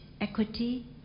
equity